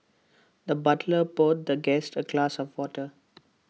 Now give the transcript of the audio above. the butler poured the guest A glass of water